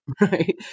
right